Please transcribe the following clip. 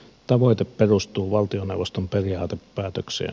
tavoite perustuu valtioneuvoston periaatepäätökseen